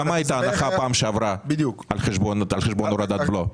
כמה הייתה ההנחה פעם שעברה על חשבון הורדת בלו?